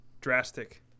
Drastic